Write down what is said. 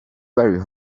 very